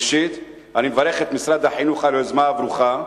ראשית, אני מברך את משרד החינוך על היוזמה הברוכה.